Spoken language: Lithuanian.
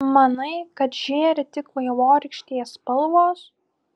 manai kad žėri tik vaivorykštės spalvos